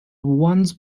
ones